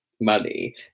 money